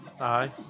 Aye